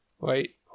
Wait